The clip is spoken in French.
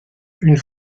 une